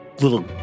little